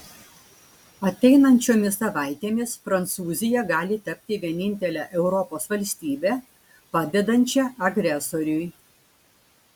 ateinančiomis savaitėmis prancūzija gali tapti vienintele europos valstybe padedančia agresoriui